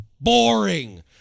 boring